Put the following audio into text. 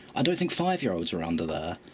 i don't think five-year-olds were under there.